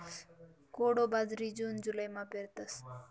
कोडो बाजरी जून जुलैमा पेरतस